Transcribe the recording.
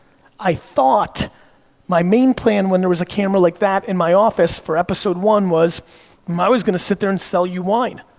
i thought my main plan when there was a camera like that in my office for episode one was i was gonna sit there and sell you wine.